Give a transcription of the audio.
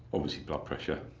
obviously, blood pressure.